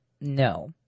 No